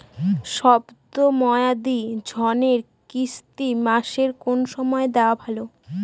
শব্দ মেয়াদি ঋণের কিস্তি মাসের কোন সময় দেওয়া ভালো?